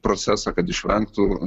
procesą kad išvengtų